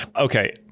okay